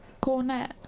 Cornet